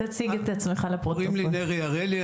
קוראים לי נרי אראלי,